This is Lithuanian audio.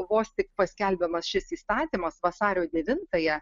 vos tik paskelbiamas šis įstatymas vasario devintąją